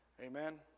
Amen